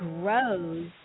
grows